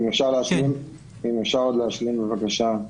אם אפשר עוד להשלים בבקשה,